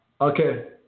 Okay